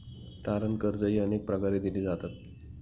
तारण कर्जेही अनेक प्रकारे दिली जातात